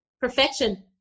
Perfection